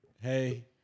Hey